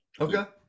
Okay